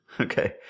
Okay